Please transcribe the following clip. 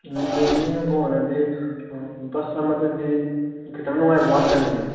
ꯑꯗꯨꯗꯤ ꯃꯤ ꯍꯨꯝꯐꯨ ꯑꯣꯏꯔꯗꯤ ꯕꯁ ꯑꯃꯗꯗꯤ ꯈꯤꯇꯪ ꯅꯨꯡꯉꯥꯏꯕ ꯋꯥꯠꯀꯅꯤꯅꯦ